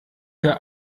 herr